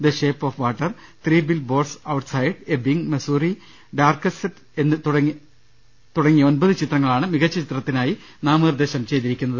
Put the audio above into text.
the shape of water three billboards outside Ebbing Missouri darkest hour തുടങ്ങി ഒമ്പത് ചിത്രങ്ങളാണ് മികച്ച ചിത്രത്തിനായി നാമനിർദ്ദേശം ചെയ്തിരിക്കുന്നത്